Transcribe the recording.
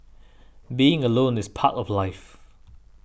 being alone is part of life